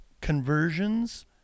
conversions